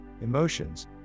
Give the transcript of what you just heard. emotions